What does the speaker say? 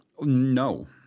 No